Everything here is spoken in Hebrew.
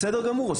בסדר גמור,